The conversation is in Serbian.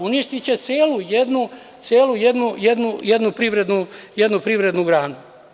Uništiće celu jednu privrednu granu.